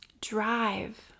drive